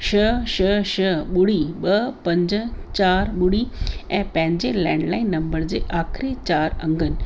छह छ्ह छ्ह ॿुड़ी ॿ पंज चार ॿुड़ी ऐं पंहिंजे लैंडलाइन नंबर जी आख़िरी चार अंगनि